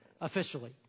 officially